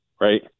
right